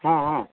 ହଁ ହଁ